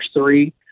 three